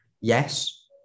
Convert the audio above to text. yes